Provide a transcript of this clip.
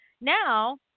now